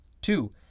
Two